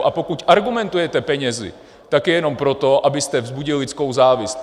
A pokud argumentujete penězi, tak to jenom proto, abyste vzbudili lidskou závist.